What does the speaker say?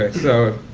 so,